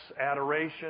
Adoration